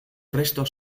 restos